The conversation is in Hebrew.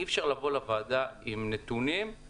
אי אפשר לבוא לוועדה עם סיסמאות,